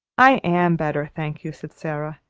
i am better, thank you, said sara,